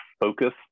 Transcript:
focus